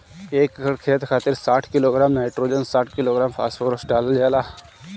एक एकड़ खेत खातिर साठ किलोग्राम नाइट्रोजन साठ किलोग्राम फास्फोरस डालल जाला?